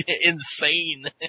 insane